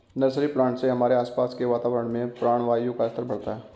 nursery plant से हमारे आसपास के वातावरण में प्राणवायु का स्तर बढ़ता है